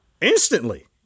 instantly